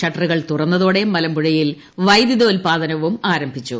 ഷട്ടറുകൾ തുറന്നതോടെ മലമ്പുഴയിൽ വൈദ്യുതോത്പാദനവും ആരംഭിച്ചു